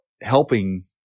helping